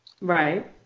Right